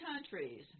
countries